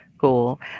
Cool